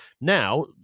Now